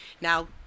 Now